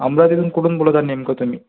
अमरावतीतून कुठून बोलत आहात नेमकं तुम्ही